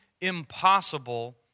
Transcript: impossible